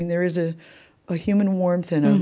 there is a ah human warmth and um